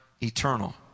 eternal